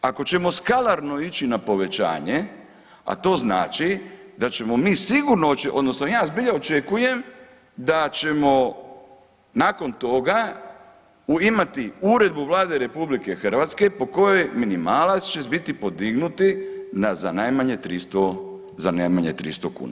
Ako ćemo skalarno ići na povećanje, a to znači da ćemo mi sigurno odnosno ja zbilja očekujem da ćemo nakon toga imati uredbu Vlade RH po kojoj minimalac će biti podignuti na za najmanje 300, za najmanje 300 kuna.